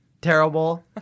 Terrible